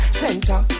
center